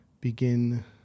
begin